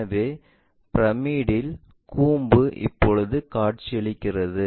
எனவே பிரமிட்டில் கூம்பு இப்படி காட்சியளிக்கிறது